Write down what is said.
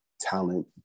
Talent